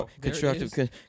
Constructive